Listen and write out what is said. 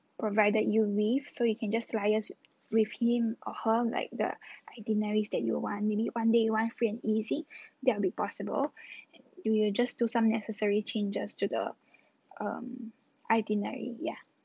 provided you with so you can just liaise with him or her like the itineraries that you'll want maybe one day you want free and easy that will be possible we will just do some necessary changes to the um itinerary yeah